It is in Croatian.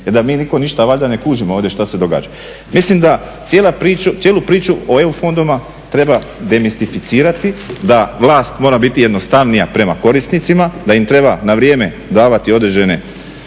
jer da mi niko ništa valjda ne kužimo ovdje što se događa. Mislim da cijela priča, cijelu priču o EU fondovima treba demistificirati, da vlast mora biti jednostavnija prema korisnicima, da im treba na vrijeme davati određene